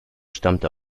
stammte